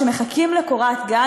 שמחכים לקורת גג.